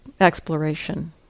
exploration